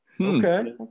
Okay